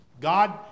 God